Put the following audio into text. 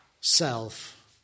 self